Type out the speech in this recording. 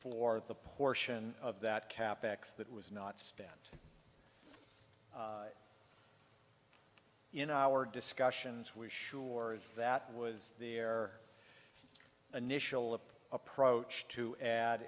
for the portion of that cap ex that was not spent in our discussions we sure as that was their initial approach to add